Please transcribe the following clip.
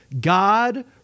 God